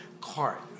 cart